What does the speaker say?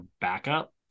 backup